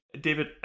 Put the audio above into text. David